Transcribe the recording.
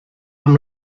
amb